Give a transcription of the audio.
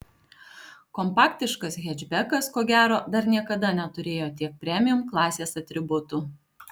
kompaktiškas hečbekas ko gero dar niekada neturėjo tiek premium klasės atributų